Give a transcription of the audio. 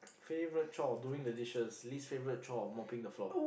favourite chore doing the dishes least favourite chore mopping the floor